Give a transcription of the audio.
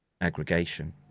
aggregation